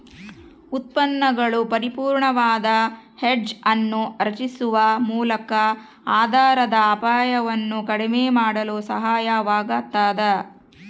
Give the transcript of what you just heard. ಉತ್ಪನ್ನಗಳು ಪರಿಪೂರ್ಣವಾದ ಹೆಡ್ಜ್ ಅನ್ನು ರಚಿಸುವ ಮೂಲಕ ಆಧಾರದ ಅಪಾಯವನ್ನು ಕಡಿಮೆ ಮಾಡಲು ಸಹಾಯವಾಗತದ